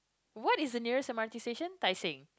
what is the nearest M_R_T station Tai-Seng